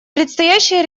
предстоящие